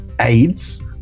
AIDS